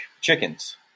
chickens